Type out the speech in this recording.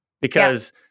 because-